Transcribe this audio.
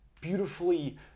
beautifully